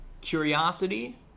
Curiosity